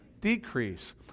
Decrease